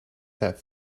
that